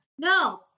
No